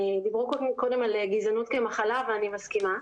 דיברו קודם על גזענות כמחלה, ואני מסכימה.